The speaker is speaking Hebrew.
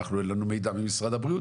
"אנחנו אין לנו מידע ממשרד הבריאות,